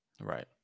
Right